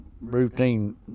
routine